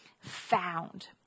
found